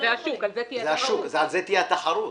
על זה תהיה התחרות.